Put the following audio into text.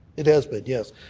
it has been. yes.